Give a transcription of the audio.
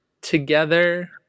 together